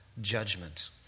judgment